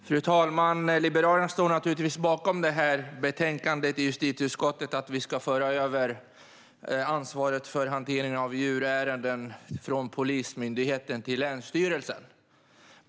Fru talman! Liberalerna står givetvis bakom utskottets förslag att vi ska föra över ansvaret för hantering av djurärenden från Polismyndigheten till länsstyrelserna.